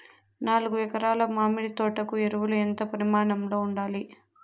నాలుగు ఎకరా ల మామిడి తోట కు ఎరువులు ఎంత పరిమాణం లో ఉండాలి?